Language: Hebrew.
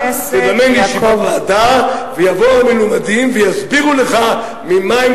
תזמן ישיבת ועדה ויבואו המלומדים ויסבירו לך ממה הם